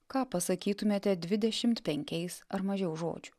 ką pasakytumėte dvidešimt penkiais ar mažiau žodžių